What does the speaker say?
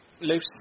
loose